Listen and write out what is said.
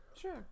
Sure